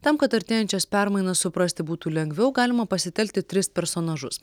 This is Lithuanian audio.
tam kad artėjančias permainas suprasti būtų lengviau galima pasitelkti tris personažus